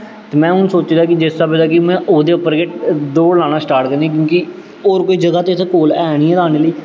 ते में हून सोच्चे दा कि जिस स्हाबै दा कि में ओह्दे पर गै दौड़ लाना स्टार्ट करनी क्योंकि होर कोई ज'गा ते इत्थै कोल है निं लाने आह्ली